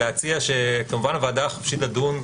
כמובן שהוועדה חופשית לדון,